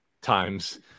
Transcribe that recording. times